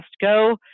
go